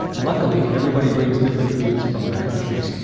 but luckily everybody brings different foods from their countries.